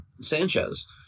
Sanchez